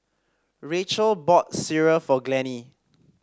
Racheal bought sireh for Glennie